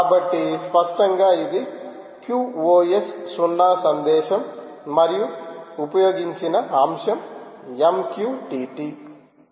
కాబట్టి స్పష్టంగా ఇది QoS 0 సందేశం మరియు ఉపయోగించిన అంశం MQTT